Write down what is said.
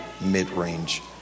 mid-range